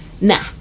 nah